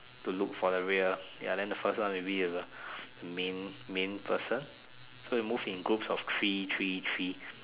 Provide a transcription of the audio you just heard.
to look for the real ya then the first one is the main main person so you move in groups of three three three